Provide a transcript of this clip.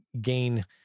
gain